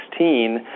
2016